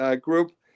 group